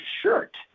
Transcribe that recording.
shirt